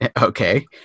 okay